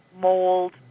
mold